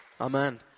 Amen